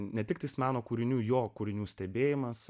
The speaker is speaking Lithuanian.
ne tik tais meno kūrinių jo kūrinių stebėjimas